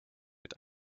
mit